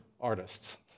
artists